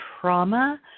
trauma